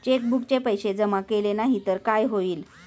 चेकबुकचे पैसे जमा केले नाही तर काय होईल?